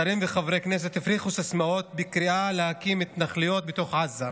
שרים וחברי כנסת הפריחו סיסמאות בקריאה להקים התנחלויות בתוך עזה.